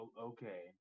okay